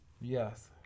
Yes